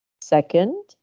Second